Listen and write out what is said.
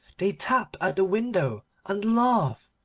they tap at the window, and laugh.